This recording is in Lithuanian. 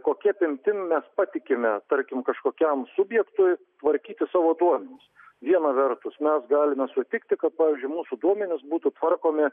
kokia apimtim mes patikime tarkim kažkokiam subjektui tvarkyti savo duomenis viena vertus mes galime sutikti kad pavyzdžiui mūsų duomenys būtų tvarkomi